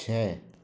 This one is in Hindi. छः